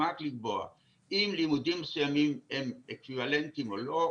שמוסמך לקבוע אם לימודים מסוימים הם אקוויוולנטיים או לא,